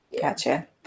gotcha